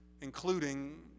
including